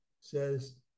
says